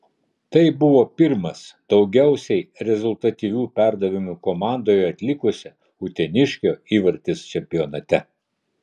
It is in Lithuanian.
tai buvo pirmas daugiausiai rezultatyvių perdavimų komandoje atlikusio uteniškio įvartis čempionate